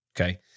Okay